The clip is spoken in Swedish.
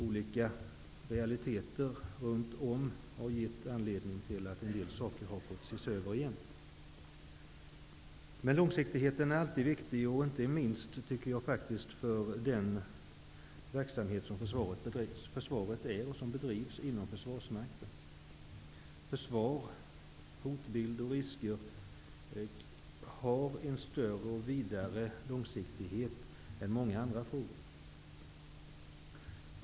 Olika realiteter runt om har medfört att en del saker har fått ses över igen. Men långsiktigheten är alltid viktig, inte minst för den verksamhet som försvarsmakten bedriver. Försvaret kräver med tanke på hotbild och risker en större långsiktighet än många andra frågor.